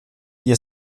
ihr